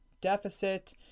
deficit